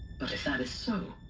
but if that is so.